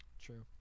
True